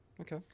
okay